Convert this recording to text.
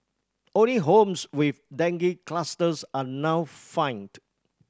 only homes with dengue clusters are now fined